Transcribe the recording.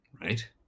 right